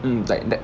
um like that